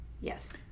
Yes